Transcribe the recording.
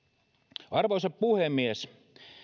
arvoisa puhemies